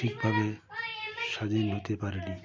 ঠিক ভাবে স্বাধীন হতে পারিনি